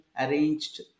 arranged